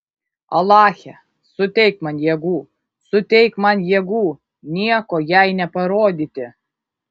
alache suteik man jėgų suteik man jėgų nieko jai neparodyti